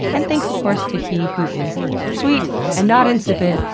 and thanks, of course, to he who is sweet and not insipid,